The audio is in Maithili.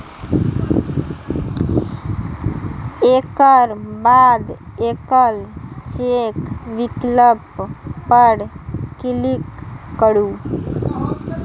एकर बाद एकल चेक विकल्प पर क्लिक करू